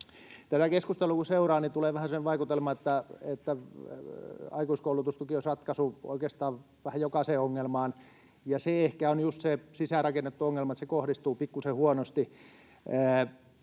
Tätä keskustelua kun seuraa, niin tulee vähän semmoinen vaikutelma, että aikuiskoulutustuki olisi ratkaisu oikeastaan vähän jokaiseen ongelmaan. Se ehkä on just se sisäänrakennettu ongelma, että se kohdistuu pikkusen huonosti.